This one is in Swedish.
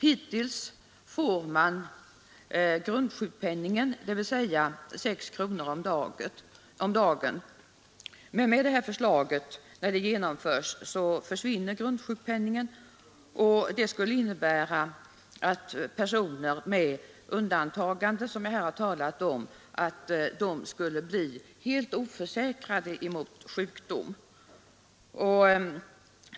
Hittills har de fått grundsjukpenningen, dvs. 6 kronor om dagen. Med det här förslaget försvinner grundsjukpenningen, vilket innebär att personer med det undantagande från ATP-försäkringen som jag här har talat om blir helt oförsäkrade mot sjukdom.